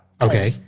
Okay